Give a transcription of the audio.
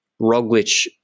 Roglic